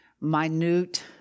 minute